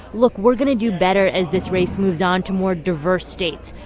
look we're going to do better as this race moves on to more diverse states.